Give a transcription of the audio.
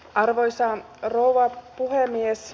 arvoisa rouva puhemies